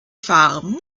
farben